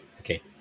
Okay